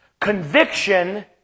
Conviction